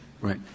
Right